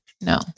No